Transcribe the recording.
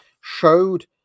showed